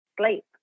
sleep